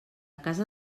casa